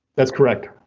that's correct.